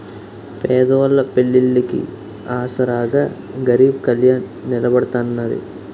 పేదోళ్ళ పెళ్లిళ్లికి ఆసరాగా గరీబ్ కళ్యాణ్ నిలబడతాన్నది